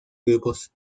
grupos